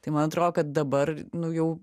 tai man atrodo kad dabar nu jau